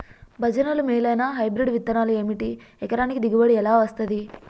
భజనలు మేలైనా హైబ్రిడ్ విత్తనాలు ఏమిటి? ఎకరానికి దిగుబడి ఎలా వస్తది?